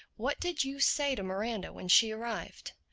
what did you say to miranda when she arrived?